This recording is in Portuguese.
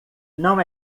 não